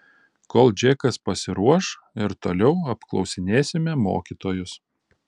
kol džekas pasiruoš ir toliau apklausinėsime mokytojus